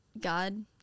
God